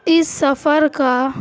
اس سفر کا